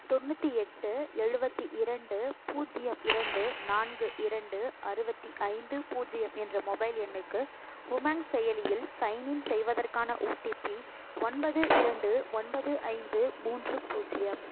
தொண்ணூற்றி எட்டு எழுபத்தி இரண்டு பூஜ்ஜியம் இரண்டு நான்கு இரண்டு அறுபத்தி ஐந்து பூஜ்ஜியம் என்ற மொபைல் எண்ணுக்கு உமாங் செயலியில் சைன்இன் செய்வதற்கான ஓடிபி ஒன்பது இரண்டு ஒன்பது ஐந்து மூன்று பூஜ்ஜியம்